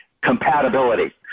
compatibility